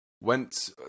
Went